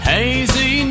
Hazy